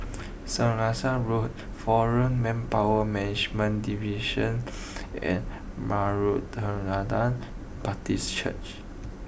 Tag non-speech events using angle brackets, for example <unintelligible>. <unintelligible> Road Foreign Manpower Management Division and <unintelligible> Baptist Church